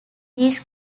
these